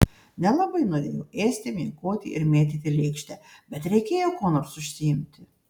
nelabai norėjau ėsti miegoti ir mėtyti lėkštę bet reikėjo kuo nors užsiimti